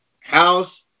house